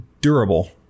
durable